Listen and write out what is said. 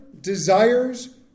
desires